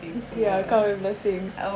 ya count my blessings